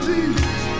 Jesus